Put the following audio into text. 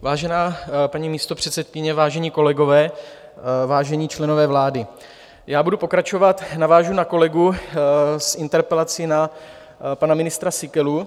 Vážená paní místopředsedkyně, vážení kolegové, vážení členové vlády, budu pokračovat a navážu na kolegu s interpelací na pana ministra Síkelu.